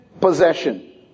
possession